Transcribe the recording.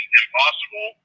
impossible